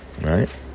Right